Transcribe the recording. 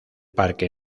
parque